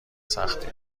سختی